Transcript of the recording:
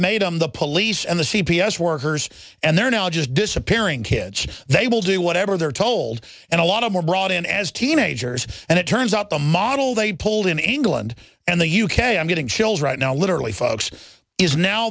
made them the police and the c p s workers and they're now just disappearing kids they will do whatever they're told and a lot of were brought in as teenagers and it turns out the model they pulled in england and the u k i'm getting chills right now literally folks is now